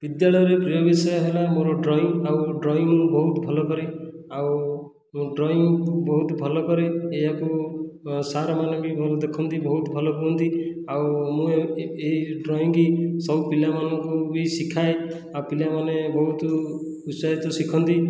ବିଦ୍ୟାଳୟରେ ପ୍ରିୟ ବିଷୟ ହେଲା ମୋର ଡ୍ରଇଂ ଆଉ ଡ୍ରଇଂ ମୁଁ ବହୁତ ଭଲ କରେ ଆଉ ଡ୍ରଇଂ ମୁଁ ବହୁତ ଭଲ କରେ ଏହାକୁ ସାର୍ ମାନେ ବି ବହୁତ ଦେଖନ୍ତି ବହୁତ ଭଲ କୁହନ୍ତି ଆଉ ମୁଁ ଏହି ଡ୍ରଇଂ କି ସବୁ ପିଲାମାନଙ୍କୁ ବି ଶିଖାଏ ଆଉ ପିଲାମାନେ ବହୁତ ଉତ୍ସାହ ସହିତ ଶିଖନ୍ତି